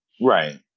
Right